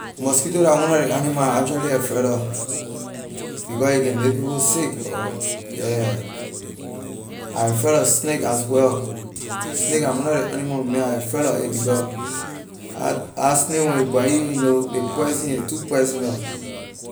Mosquito la one of ley animal I actually afraid of because a can make people sick yeah I afraid of snake as well snake la one of ley animal my man I afraid lor it because la la snake when a bite you you know ley poison is too poisonous.